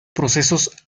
procesos